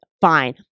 fine